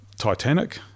Titanic